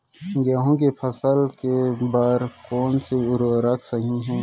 गेहूँ के फसल के बर कोन से उर्वरक सही है?